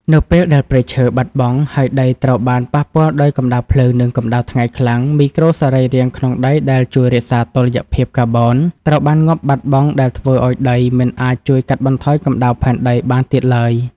នៅពេលដែលព្រៃឈើបាត់បង់ ហើយដីត្រូវបានប៉ះពាល់ដោយកម្ដៅភ្លើង និងកម្ដៅថ្ងៃខ្លាំង មីក្រូសរីរាង្គក្នុងដីដែលជួយរក្សាតុល្យភាពកាបូនត្រូវបានងាប់បាត់បង់ ដែលធ្វើឱ្យដីមិនអាចជួយកាត់បន្ថយកម្ដៅផែនដីបានទៀតឡើយ។